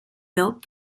built